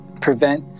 prevent